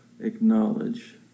acknowledge